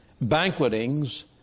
banquetings